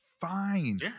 fine